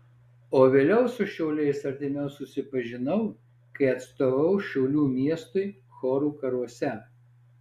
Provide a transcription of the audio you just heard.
o vėliau su šiauliais artimiau susipažinau kai atstovavau šiaulių miestui chorų karuose